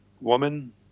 woman